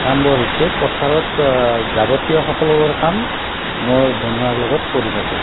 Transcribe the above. কামবোৰ হৈছে পথাৰত যাৱতীয় সকলোবোৰ কাম মোৰ বনুৱাৰ লগত কৰি থাকোঁ